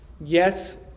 Yes